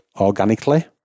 organically